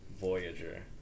Voyager